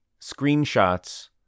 screenshots